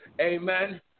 Amen